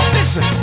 Listen